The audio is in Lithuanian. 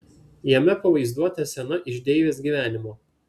jame pavaizduota scena iš deivės gyvenimo